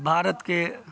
भारतके